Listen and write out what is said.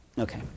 Okay